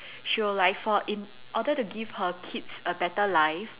she will like for in order to give her kids a better life